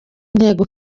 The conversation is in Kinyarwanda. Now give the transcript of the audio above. intego